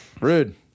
Rude